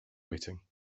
waiting